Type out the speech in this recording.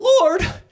Lord